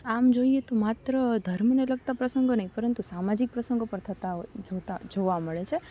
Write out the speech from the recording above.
આમ જોઈએ તો માત્ર ધર્મને લગતા પ્રસંગો નહીં પરંતુ સામાજિક પ્રસંગો પણ થતા હોય જોતાં જોવા મળે છે